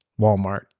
Walmart